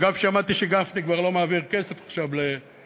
אגב, שמעתי שגפני כבר לא מעביר כסף עכשיו לתחבורה.